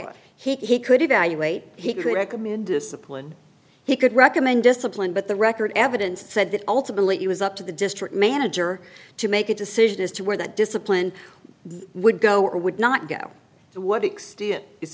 very he could evaluate he could recommend discipline he could recommend discipline but the record evidence said that ultimately it was up to the district manager to make a decision as to where that discipline would go or would not go to what extent i